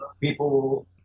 people